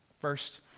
First